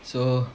so